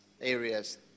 areas